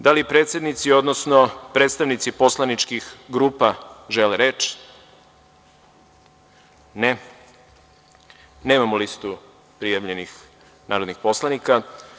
Da li predsednici, odnosno predstavnici poslaničkih grupa žele reč? (Ne) Nemamo listu prijavljenih narodnih poslanika.